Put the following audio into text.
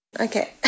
Okay